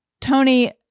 Tony